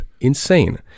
Insane